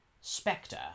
Spectre